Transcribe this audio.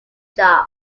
job